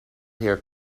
here